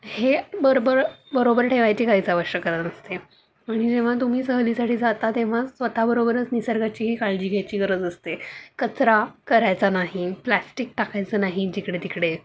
हे बरोबर बरोबर ठेवायची काहीच आवश्यकता नसते आणि जेव्हा तुम्ही सहलीसाठी जाता तेव्हा स्वतःबरोबरच निसर्गाचीही काळजी घ्यायची गरज असते कचरा करायचा नाही प्लॅस्टिक टाकायचं नाही जिकडे तिकडे